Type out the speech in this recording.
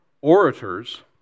orators